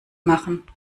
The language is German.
machen